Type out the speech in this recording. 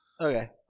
Okay